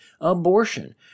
abortion